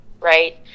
Right